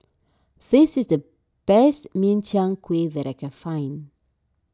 this is the best Min Chiang Kueh that I can find